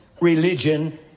Religion